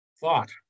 thought